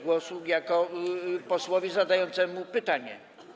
głosu jako posłowi zadającemu pytanie.